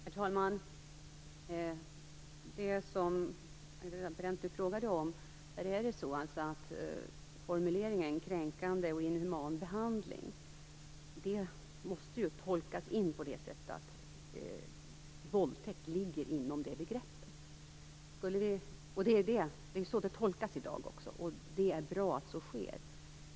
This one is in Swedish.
Herr talman! Vad angår det som Brendt frågade om måste formuleringen "kränkande och inhuman behandling" tolkas på det sättet att våldtäkt ligger inom detta begrepp. Det är också så som det tolkas i dag, och det är bra att så sker.